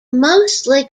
mostly